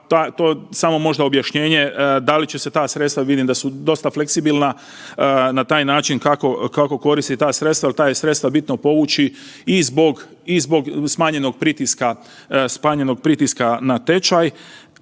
pa to samo možda objašnjenje da li će se ta sredstva, vidim da su dosta fleksibilna na taj način kako koristi ta sredstva jer ta je sredstva bitno povući i zbog smanjenog pritiska na tečaj,